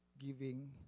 giving